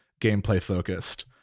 gameplay-focused